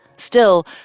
still,